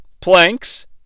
planks